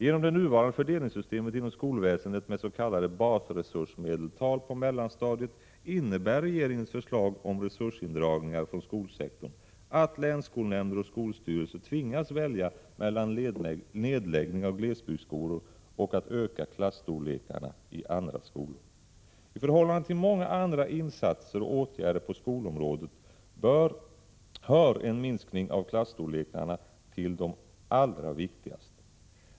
Genom det nuvarande fördelningssystemet inom skolväsendet med s.k. basresursmedeltal på mellanstadiet innebär regeringens förslag om resursindragningar från skolsektorn att länsskolnämnder och skolstyrelser tvingas välja mellan nedläggning av glesbygdsskolor och att öka klasstorlekarna i andra skolor. I förhållande till många andra insatser och åtgärder på skolområdet hör en minskning av klasstorlekarna till de allra viktigaste.